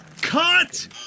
cut